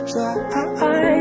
Try